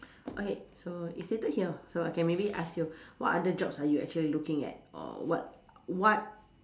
okay so it's stated here so I can maybe ask you what other jobs are you actually looking at or what what